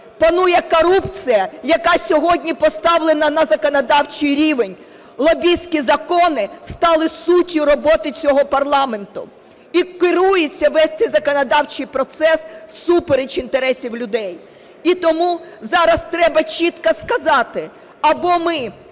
панує корупція, яка сьогодні поставлена на законодавчий рівень, лобістські закони стали суттю роботи цього парламенту. І керується весь цей законодавчий процес всупереч інтересів людей. І тому зараз треба чітко сказати: або ми